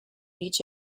each